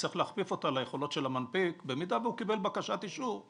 צריך להכפיף אותה ליכולות של המנפיק במידה והוא קיבל בקשת אישור,